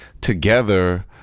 together